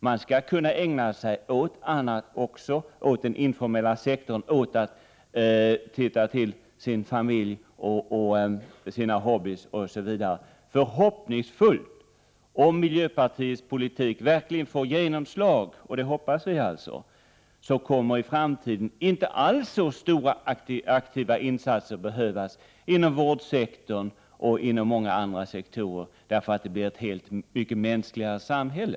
Man skall kunna ägna sig ht annat också — åt den informella sektorn, åt att umgås med sin familj, åt sina hobbyer, osv. Förhoppningsvis, om miljöpartiets politik verkligen får genomslag — och Het hoppas vi — kommer i framtiden inte alls så stora aktiva insatser att pehövas inom vårdsektorn och inom många andra sektorer, därför att det blir tt helt nytt, mänskligare samhälle.